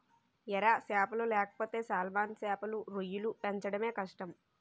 ఎర సేపలు లేకపోతే సాల్మన్ సేపలు, రొయ్యలు పెంచడమే కష్టం